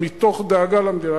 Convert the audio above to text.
אלא מתוך דאגה למדינה.